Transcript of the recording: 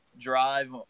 drive